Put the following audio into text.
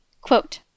Quote